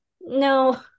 No